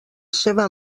seva